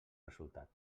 resultat